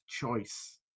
choice